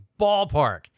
ballpark